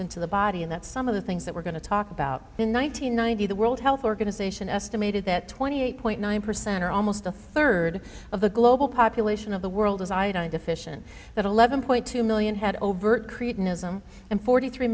into the body and that's some of the things that we're going to talk about in one thousand nine hundred ninety the world health organization estimated that twenty eight point nine percent or almost a third of the global population of the world is iodine deficient that eleven point two million had overt cretinism and forty three